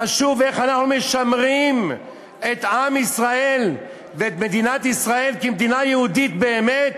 חשוב איך אנחנו משמרים את עם ישראל ואת מדינת ישראל כמדינה יהודית באמת,